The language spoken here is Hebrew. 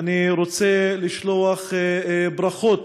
אני רוצה לשלוח ברכות